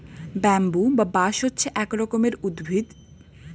bamboo বা বাঁশ হচ্ছে এক রকমের উদ্ভিদ যেটা স্টেম হিসেবে ব্যবহার করা হয়